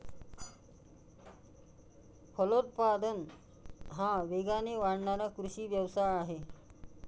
फलोत्पादन हा वेगाने वाढणारा कृषी व्यवसाय आहे